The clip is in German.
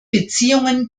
beziehungen